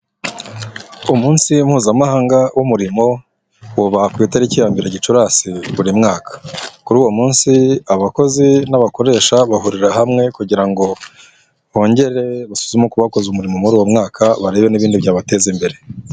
Umunsi mpuzamahanga w'umurimo uba ku itariki ya mbere Gicurasi buri mwaka, kuri uwo munsi abakozi n'abakoresha bahurira hamwe kugira ngo bongere basuzume uko bakoze umurimo muri uwo mwaka barebe n'ibindi byabateza imbere.